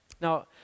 Now